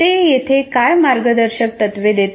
ते येथे काय मार्गदर्शक तत्त्वे देतात